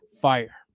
Fire